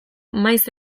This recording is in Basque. maiz